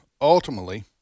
ultimately